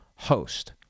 host